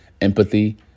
empathy